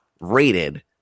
rated